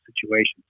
situations